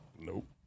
Nope